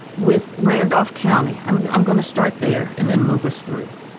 with randolph county, i'm i'm going to start there and then move us through